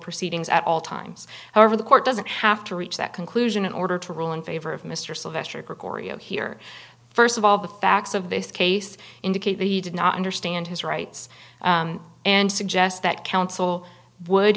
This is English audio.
proceedings at all times however the court doesn't have to reach that conclusion in order to rule in favor of mr sylvester gregorio here st of all the facts of this case indicate that he did not understand his rights and suggest that counsel would